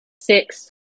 six